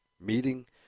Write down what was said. meeting